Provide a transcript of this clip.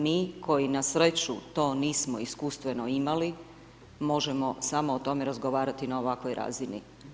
Mi koji na sreću, to nismo iskustveno to imali, možemo samo o tome razgovarati na ovakvoj razini.